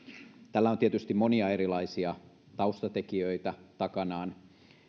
tällä on tietysti monia erilaisia taustatekijöitä takanaan